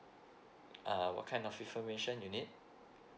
uh what kind of information you need